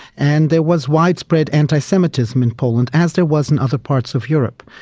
and there was widespread anti-semitism in poland, as there was in other parts of europe.